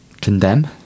condemn